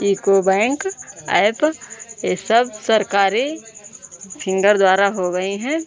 UCO bank app यह सब सरकारी फिन्गर द्वारा हो गई हैं